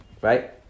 Right